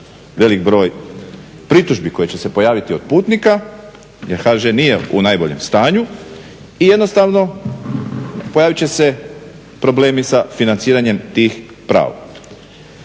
velik broj pritužbi koje će se pojaviti od putnika jer HŽ nije u najboljem stanju i jednostavno pojavit će se problemi sa financiranjem tih prava.